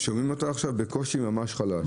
גם אם לקוח מוצא את עצמו בקשיים כלשהם,